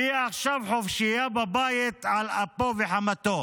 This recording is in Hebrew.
ועכשיו היא חופשייה בבית על אפו וחמתו.